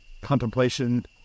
contemplation